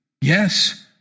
Yes